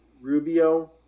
Rubio